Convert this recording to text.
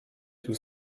tout